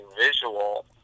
visual